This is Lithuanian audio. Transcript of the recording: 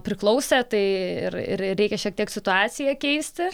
priklausė tai ir ir reikia šiek tiek situaciją keisti